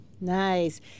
Nice